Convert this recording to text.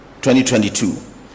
2022